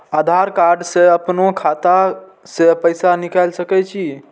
आधार कार्ड से अपनो खाता से पैसा निकाल सके छी?